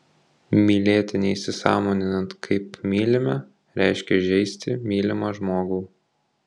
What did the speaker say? mylėti neįsisąmoninant kaip mylime reiškia žeisti mylimą žmogų